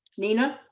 nina.